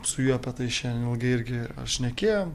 su juo apie tai šiandien ilgai irgi apšnekėjom